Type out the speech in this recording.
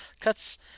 cuts